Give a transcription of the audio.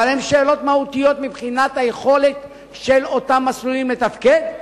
אבל הן שאלות מהותיות מבחינת היכולת של אותם מסלולים לתפקד.